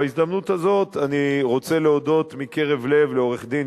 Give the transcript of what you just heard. בהזדמנות הזאת אני רוצה להודות מקרב לב לעורך-דין